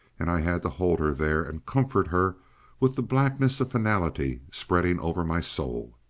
and i had to hold her there, and comfort her with the blackness of finality spreading over my soul.